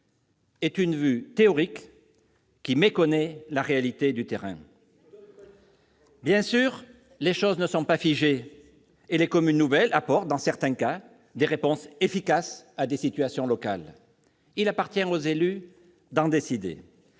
Dogmatique !... qui méconnaît la réalité du terrain. Bravo ! Bien sûr, les choses ne sont pas figées et les communes nouvelles apportent, dans certains cas, des réponses efficaces à des situations locales. Il appartient aux élus d'en décider.